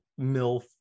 milf